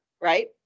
right